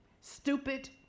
stupid